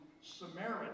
Samaritan